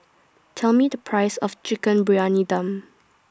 Tell Me The Price of Chicken Briyani Dum